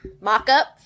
mock-up